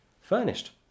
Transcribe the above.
furnished